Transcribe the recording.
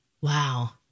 Wow